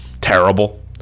terrible